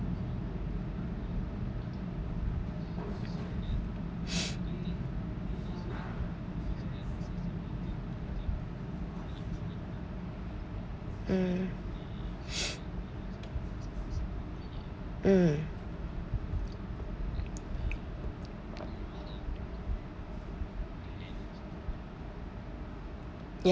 mm mm